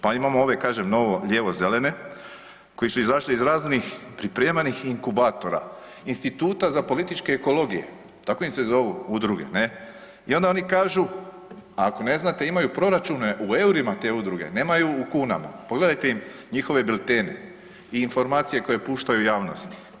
Pa imamo ove kažem novo lijevo-zelene, koji su izašli iz raznih pripremanih inkubatora, Instituta za političke ekologije, tako im se zovu udruge, ne, i onda oni kažu ako ne znate, imaju proračune u eurima te udruge, nemaju u kunama, pogledajte im njihove biltene i informacije koje puštaju u javnost.